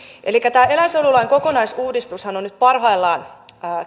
elikkä tätä eläinsuojelulain kokonaisuudistustahan nyt parhaillaan